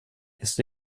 ist